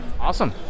Awesome